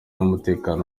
n’umutekano